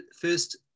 first